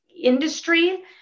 industry